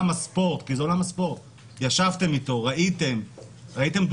הספורט כי זה עולם הספורט ראיתם דוגמאות,